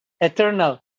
eternal